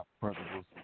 principles